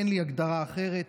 אין לי הגדרה אחרת,